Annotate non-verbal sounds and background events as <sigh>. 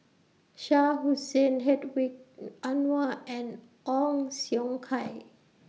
Shah Hussain Hedwig <noise> Anuar and Ong Siong Kai